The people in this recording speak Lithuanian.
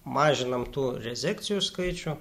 mažinam tų rezekcijų skaičių